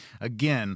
Again